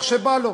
איך שבא לו.